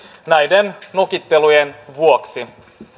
näiden nokittelujen vuoksi